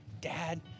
dad